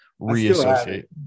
reassociate